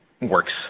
works